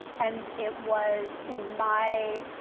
and it was in my